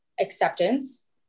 acceptance